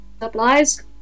supplies